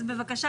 בבקשה,